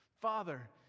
Father